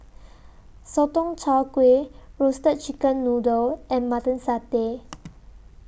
Sotong Char Kway Roasted Chicken Noodle and Mutton Satay